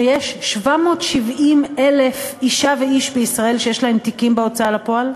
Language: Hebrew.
שיש 770,000 אישה ואיש בישראל שיש להם תיקים בהוצאה לפועל?